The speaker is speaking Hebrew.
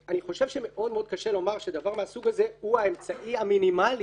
אני חושב שמאוד מאוד קשה לומר שדבר מהסוג הזה הוא האמצעי המינימלי